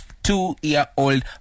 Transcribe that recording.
two-year-old